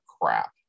crap